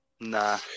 Nah